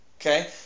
Okay